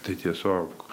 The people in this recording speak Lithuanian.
tai tiesiog